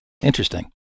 Interesting